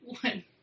one